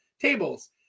tables